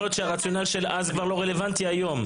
יכול להיות שהרציונל של אז כבר לא רלוונטי היום,